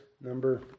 number